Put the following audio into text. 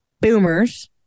boomers